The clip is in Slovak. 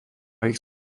ich